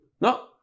No